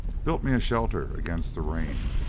built me a shelter against the rain,